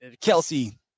Kelsey